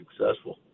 successful